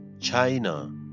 China